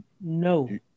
No